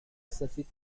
سفید